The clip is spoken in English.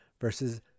versus